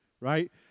Right